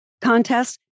contest